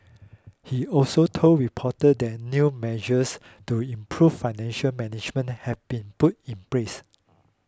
he also told reporter that new measures to improve financial management have been put in place